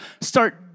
start